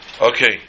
Okay